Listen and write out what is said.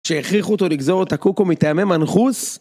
שהכריחו אותו לגזור את הקוקו מטעמי מנחוס?